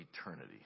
eternity